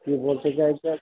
কি বলতে চাইছেন